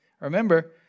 Remember